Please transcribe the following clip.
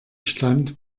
stand